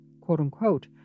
quote-unquote